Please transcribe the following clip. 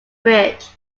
bridge